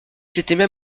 s’étaient